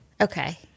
Okay